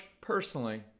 personally